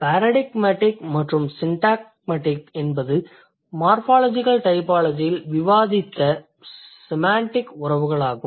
paradigmatic மற்றும் syntagmatic என்பது morphological டைபாலஜியில் விவாதித்த செமாண்டிக் உறவுகள் ஆகும்